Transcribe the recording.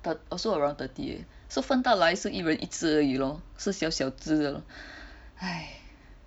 also around thirty so 分到来是一人一只而已 lor 是小小只的 lor !hais!